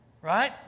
right